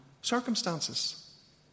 circumstances